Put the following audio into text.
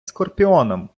скорпіоном